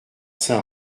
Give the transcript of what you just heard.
saint